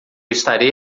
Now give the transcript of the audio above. estarei